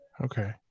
Okay